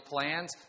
plans